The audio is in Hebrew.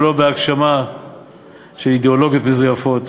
ולא בהגשמה של אידיאולוגיות מזויפות.